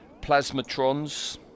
Plasmatrons